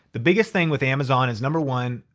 the biggest thing with amazon is number one,